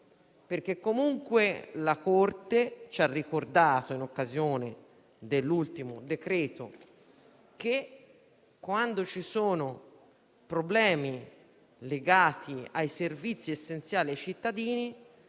comunque ci ha ricordato, in occasione dell'ultimo decreto-legge, che, quando ci sono problemi legati ai servizi essenziali ai cittadini,